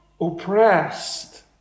oppressed